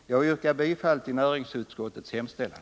Jag yrkar bifall till näringsutskottets hemställan.